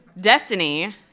Destiny